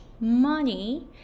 money